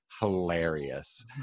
hilarious